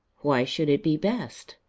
why should it be best?